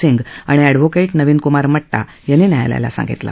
सिंग आणि ऍडव्होकेट नवीन कुमार मट्टा यांनी न्यायालयाला सांगितलं